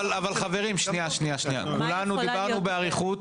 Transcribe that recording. חברים, כולנו דיברנו באריכות,